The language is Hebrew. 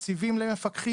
אין מספיק תקציבים למפקחים.